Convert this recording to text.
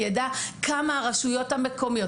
ידע כמה פיצול יש,